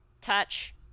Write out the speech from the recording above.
touch